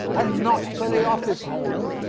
and not for the office-holder,